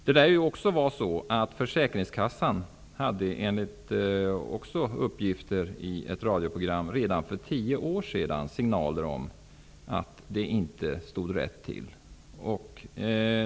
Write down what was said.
Det lär också vara så att försäkringskassan -- även detta enligt uppgifter i ett radioprogram -- redan för tio år sedan gav signaler om att det inte stod rätt till.